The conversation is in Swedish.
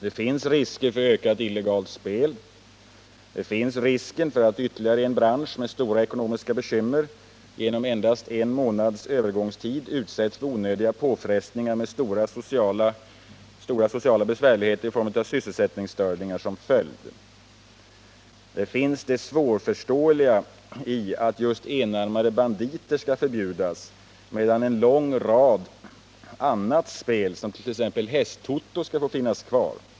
Det finns risk för ökat illegalt spel. Det finns risk för att ytterligare en bransch med stora ekonomiska bekymmer genom endast en månads övergångstid utsätts för onödiga påfrestningar med stora sociala besvärligheter i form av sysselsättningsstörningar som följd. Det finns det svårförståeliga i att just enarmade banditer skall förbjudas medan en lång rad av annat spel,t.ex. hästtoto, skall få finnas kvar.